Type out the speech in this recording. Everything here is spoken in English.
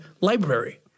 Library